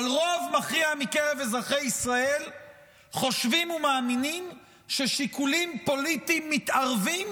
רוב מכריע מקרב אזרחי ישראל חושבים ומאמינים ששיקולים פוליטיים מתערבים